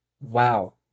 wow